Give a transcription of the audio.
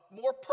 more